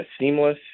seamless